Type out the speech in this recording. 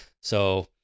So-